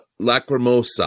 Lacrimosa